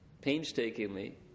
painstakingly